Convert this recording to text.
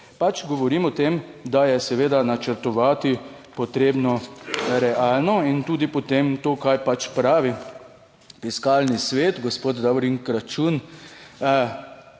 Pač govorim o tem, da je seveda načrtovati potrebno realno in tudi potem to kar pravi Fiskalni svet, gospod Davorin Kračun,